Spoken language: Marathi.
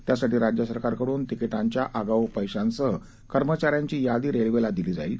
त्यासाठी राज्य सरकारकडून तिकिटांच्या आगाऊ पैशांसह कर्मचाऱ्यांची यादी रेल्वेला दिली जाईल